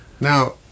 now